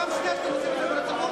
פעם שנייה שאתם עושים, לא יוצאים